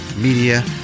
Media